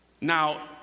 Now